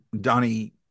Donnie